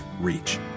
reach